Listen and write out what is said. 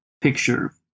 picture